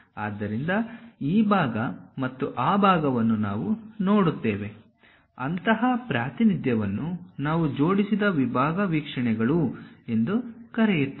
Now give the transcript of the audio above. ಆದ್ದರಿಂದ ಈ ಭಾಗ ಮತ್ತು ಆ ಭಾಗವನ್ನು ನಾವು ನೋಡುತ್ತೇವೆ ಅಂತಹ ಪ್ರಾತಿನಿಧ್ಯವನ್ನು ನಾವು ಜೋಡಿಸಿದ ವಿಭಾಗ ವೀಕ್ಷಣೆಗಳು ಎಂದು ಕರೆಯುತ್ತೇವೆ